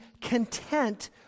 content